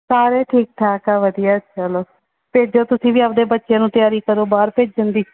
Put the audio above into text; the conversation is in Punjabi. ਸਾਰੇ ਠੀਕ ਠਾਕ ਆ ਵਧੀਆ ਚਲੋ ਭੇਜੋ ਤੁਸੀਂ ਵੀ ਆਪਦੇ ਬੱਚਿਆਂ ਨੂੰ ਤਿਆਰੀ ਕਰੋ ਬਾਹਰ ਭੇਜਣ ਦੀ